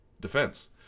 defense